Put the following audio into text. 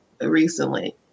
recently